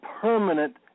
permanent